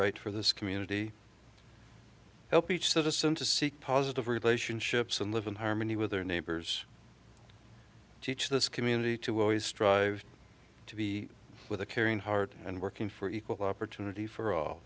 right for this community help each citizen to seek positive relationships and live in harmony with their neighbors teach this community to always strive to be with a caring heart and working for equal opportunity for all